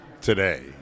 today